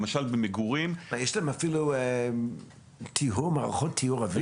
למשל במגורים --- יש להם אפילו מערכות טיהור אוויר?